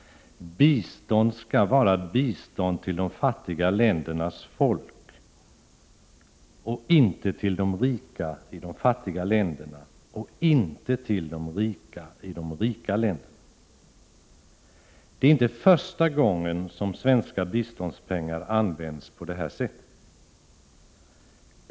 Bistånd skall vara bistånd till de fattiga ländernas folk, inte till de rika i de fattiga länderna och inte till de rika i de rika länderna. Det är inte första gången som svenska biståndspengar används på det här sättet.